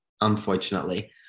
unfortunately